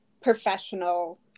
professional